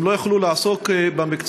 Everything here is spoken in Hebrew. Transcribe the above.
הם לא יוכלו לעסוק במקצוע?